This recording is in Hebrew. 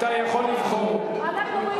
אנחנו,